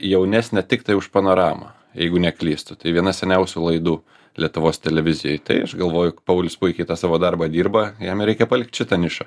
jaunesnė tiktai už panoramą jeigu neklystu tai viena seniausių laidų lietuvos televizijoj tai aš galvoju paulius puikiai tą savo darbą dirba jam ir reikia palikt šitą nišą